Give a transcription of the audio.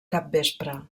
capvespre